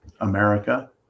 America